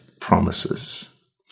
promises